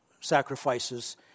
sacrifices